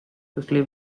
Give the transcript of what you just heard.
quickly